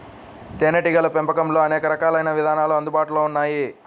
తేనీటీగల పెంపకంలో అనేక రకాలైన విధానాలు అందుబాటులో ఉన్నాయి